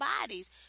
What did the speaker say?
bodies